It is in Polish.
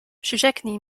przyrzeknij